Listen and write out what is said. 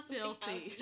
Filthy